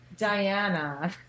Diana